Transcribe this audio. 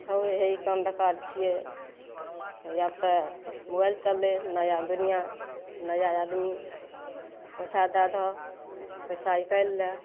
हे इ काम बेकार छियै आब तऽ मोबाइल चललै नया दुनियाँ नया आदमी औंठा दए दहऽ पैसा निकालि लए